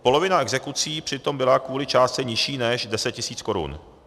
Polovina exekucí přitom byla kvůli částce nižší než 10 000 korun.